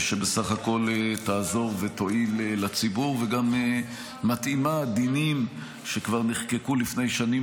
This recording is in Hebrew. שבסך הכול תעזור ותועיל לציבור וגם מתאימה דינים שכבר נחקקו לפני שנים